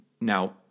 Now